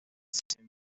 sin